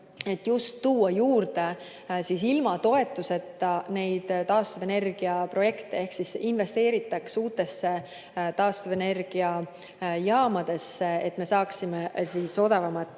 et tuua juurde ilma toetuseta taastuvenergiaprojekte ehk investeeritakse uutesse taastuvenergiajaamadesse, et me saaksime odavamat